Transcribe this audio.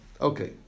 Okay